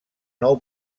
nou